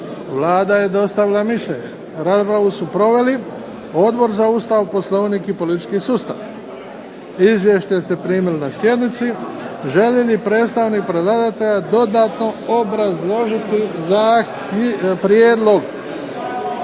Vlada je dostavila mišljenje. Raspravu su proveli Odbor za Ustav, Poslovnik i politički sustav. Izvješće ste primili na sjednici. Želi li predstavnik predlagatelja dodatno obrazložiti prijedlog?